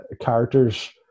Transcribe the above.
characters